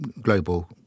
global